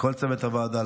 לכל צוות הוועדה,